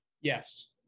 Yes